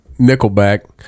Nickelback